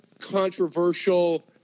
controversial